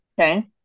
Okay